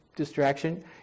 Distraction